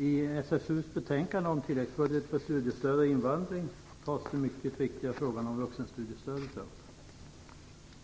Fru talman! I SfU:s betänkande om tilläggsbudget för studiestöd och invandring tas den mycket viktiga frågan om vuxenstudiestödet upp.